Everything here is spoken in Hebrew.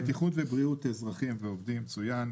בטיחות ובריאות אזרחים ועובדים צוין.